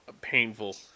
painful